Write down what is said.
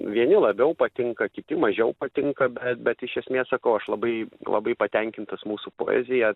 vieni labiau patinka kiti mažiau patinka bet bet iš esmės sakau aš labai labai patenkintas mūsų poezija